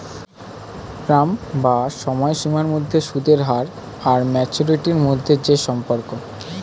term বা সময়সীমার মধ্যে সুদের হার আর ম্যাচুরিটি মধ্যে যে সম্পর্ক